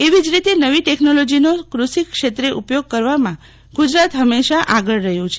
એવી જ રીતે નવી ટેકનોલોજીનો ક્રષિ ક્ષેત્રે ઉપયોગ કરવામાં ગુજરાત હંમેશા આગળ રહ્યું છે